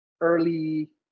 early